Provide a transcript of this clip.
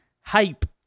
hype